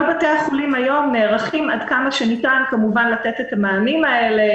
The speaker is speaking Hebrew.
כל בתי החולים היום נערכים עד כמה שניתן לתת את המענים האלה,